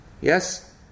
yes